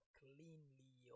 cleanly